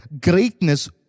greatness